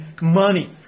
money